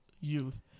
youth